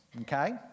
Okay